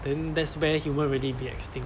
then that's where human really be extinct